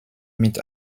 mit